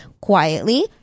Quietly